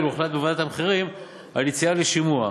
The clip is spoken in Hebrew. הוחלט בוועדת המחירים על יציאה לשימוע.